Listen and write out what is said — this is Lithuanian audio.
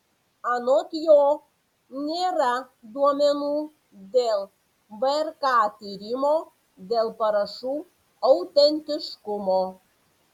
anot jo nėra duomenų dėl vrk tyrimo dėl parašų autentiškumo